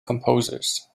composers